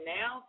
now